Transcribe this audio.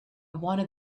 wanted